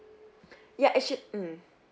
ya actually mm